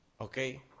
okay